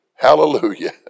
Hallelujah